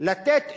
לתת אישור?